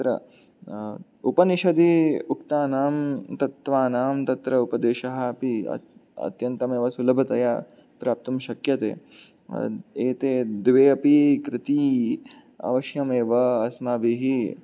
तत्र उपनिषदि उक्तानां तत्त्वानां तत्र उपदेशः अपि अत् अत्यन्तमेव सुलभतया प्राप्तुं शक्यते एते द्वे अपि कृती अवश्यमेव अस्माभिः